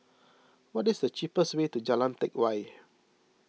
what is the cheapest way to Jalan Teck Whye